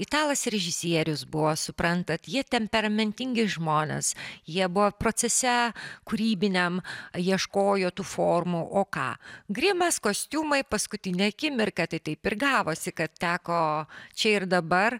italas režisierius buvo suprantat jie temperamentingi žmonės jie buvo procese kūrybiniam ieškojo tų formų o ką grimas kostiumai paskutinę akimirką tik taip ir gavosi kad teko čia ir dabar